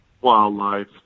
wildlife